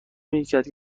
میکرد